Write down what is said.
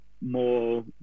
more